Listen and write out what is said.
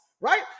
right